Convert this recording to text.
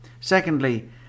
Secondly